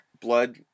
blood